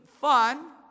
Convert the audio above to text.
fun